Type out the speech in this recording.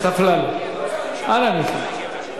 אנא ממך.